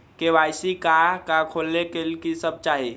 KYC का का खोलने के लिए कि सब चाहिए?